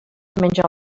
menja